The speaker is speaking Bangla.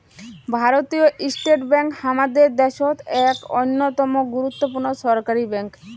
ভারতীয় স্টেট ব্যাঙ্ক হামাদের দ্যাশোত এক অইন্যতম গুরুত্বপূর্ণ ছরকারি ব্যাঙ্ক